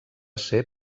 ser